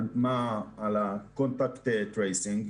על contact tracing,